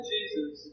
Jesus